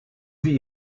sie